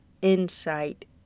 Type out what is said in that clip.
Insight